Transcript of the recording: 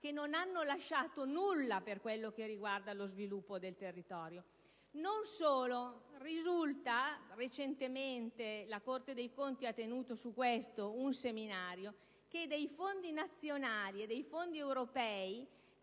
che non hanno lasciato nulla per quello che riguarda lo sviluppo del territorio. Non solo. Risulta - recentemente la Corte dei conti ha tenuto su questo un seminario - che gran parte dei fondi nazionali ed europei,